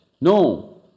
no